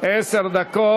עשר דקות.